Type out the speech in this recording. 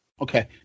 Okay